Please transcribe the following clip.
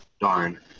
Darn